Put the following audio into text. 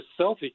selfie